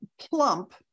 plump